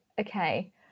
okay